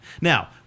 Now